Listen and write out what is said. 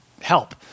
help